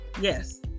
Yes